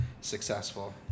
successful